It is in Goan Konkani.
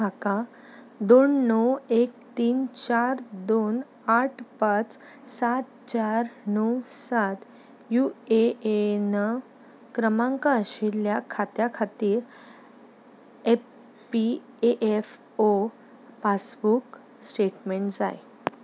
म्हाका दोन णव एक तीन चार दोन आठ पांच सात चार णव सात युएएन क्रमांक आशिल्ल्या खात्या खातीर एपपीएएफओ पासबूक स्टेटमँट जाय